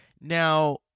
Now